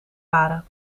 waren